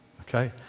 Okay